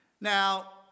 Now